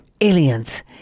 aliens